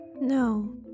No